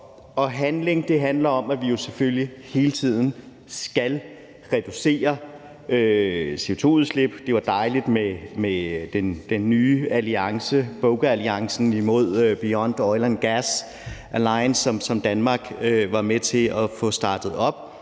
Handling handler om, at vi selvfølgelig hele tiden skal reducere CO2-udslippet. Det er dejligt med den nye alliance, BOGA-alliancen, Beyond Oil & Gas Alliance, som Danmark var med til at få startet op,